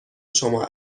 شما